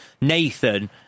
Nathan